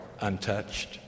untouched